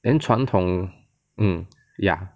连传统 mm ya